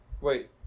Wait